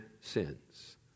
sins